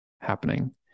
happening